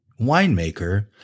winemaker